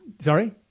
Sorry